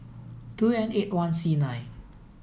two N eight one C nine